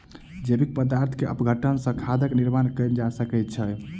जैविक पदार्थ के अपघटन सॅ खादक निर्माण कयल जा सकै छै